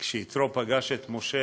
כשיתרו פגש את משה